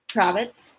Private